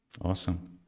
awesome